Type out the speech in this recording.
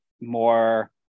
more